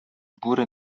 góry